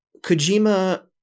Kojima